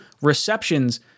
receptions